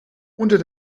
unter